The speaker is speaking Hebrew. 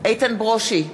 איתן ברושי,